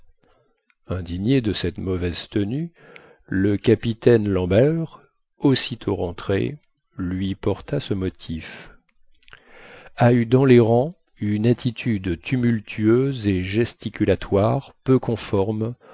indigné de cette mauvaise tenue le capitaine lemballeur aussitôt rentré lui porta ce motif à eu dans les rangs une attitude tumultueuse et gesticulatoire peu conforme